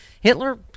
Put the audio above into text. hitler